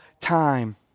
time